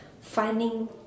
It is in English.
finding